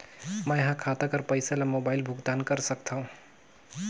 मैं ह खाता कर पईसा ला मोबाइल भुगतान कर सकथव?